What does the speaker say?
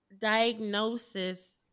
diagnosis